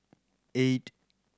eight